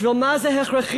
בשביל מה זה הכרחי?